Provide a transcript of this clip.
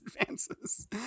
advances